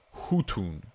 Hutun